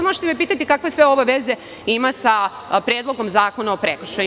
Možete me pitati kakve sve ovo veze ima sa Predlogom zakona o prekršajima.